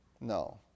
No